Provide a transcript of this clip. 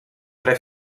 tre